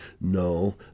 no